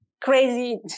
crazy